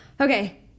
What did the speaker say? Okay